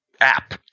app